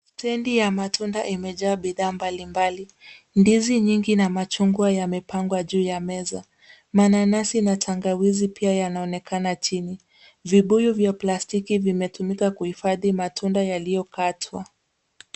Stendi ya matunda imejaa bidhaa mbalimbali. Ndizi nyingi na machungwa yamepangwa juu ya meza, mananasi na tangawizi pia yanaonekana chini. Vibuyu vya plastiki vimetumika kuhifadhi matunda yaliyokatwa.